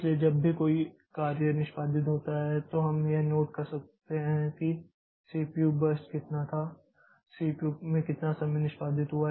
इसलिए जब भी कोई कार्य निष्पादित होता है तो हम यह नोट करते हैं कि सीपीयू बर्स्ट कितना था सीपीयू में कितना समय निष्पादित हुआ